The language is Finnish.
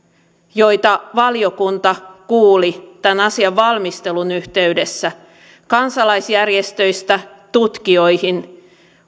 joita valiokunta kuuli tämän asian valmistelun yhteydessä kansalaisjärjestöistä tutkijoihin